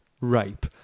rape